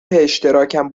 اشتراکم